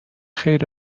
خیر